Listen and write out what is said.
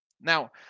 Now